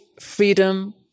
freedom